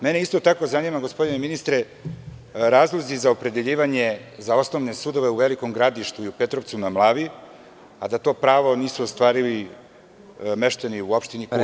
Mene isto tako zanima, gospodine ministre, razlozi za opredeljivanje za osnovne sudove u Velikom Gradištu i Petrovcu na Mlavi, a da to pravo nisu ostvarili meštani u opštini Kučevo.